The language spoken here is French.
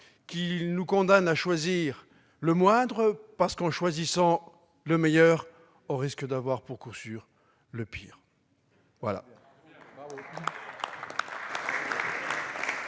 qu'il nous condamne à choisir le moindre, parce que, en choisissant le meilleur, on risque d'avoir, à coup sûr, le pire